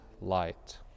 light